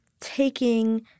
taking